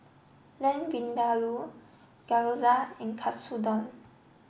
Lamb Vindaloo Gyoza and Katsudon